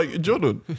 Jordan